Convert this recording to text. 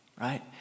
right